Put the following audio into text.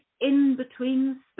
in-between